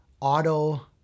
Auto